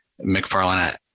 McFarlane